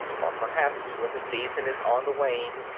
or perhaps, when the season is on the wane,